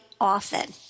often